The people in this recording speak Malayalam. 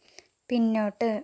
പിന്നോട്ട്